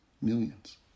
millions